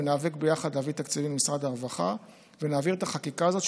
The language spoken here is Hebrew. ניאבק ביחד להביא תקציבים ממשרד הרווחה ונעביר את החקיקה הזאת,